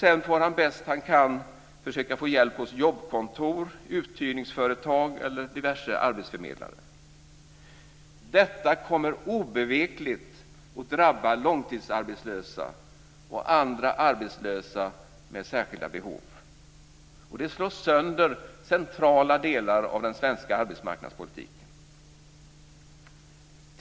Sedan får han bäst han kan få hjälp hos jobbkontor, uthyrningsföretag eller diverse arbetsförmedlare. Detta kommer obevekligt att drabba långtidsarbetslösa och andra arbetslösa med särskilda behov. Det slår sönder centrala delar av den svenska arbetsmarknadspolitiken.